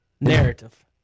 Narrative